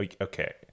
Okay